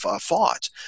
fought